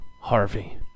Harvey